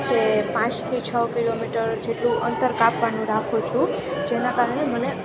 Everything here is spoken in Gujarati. કે પાંચથી છ કિલોમીટર જેટલું અંતર કાપવાનું રાખું છું જેનાં કારણે મને